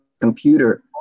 computer